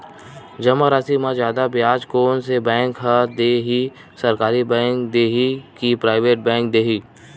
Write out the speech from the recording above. जमा राशि म जादा ब्याज कोन से बैंक ह दे ही, सरकारी बैंक दे हि कि प्राइवेट बैंक देहि?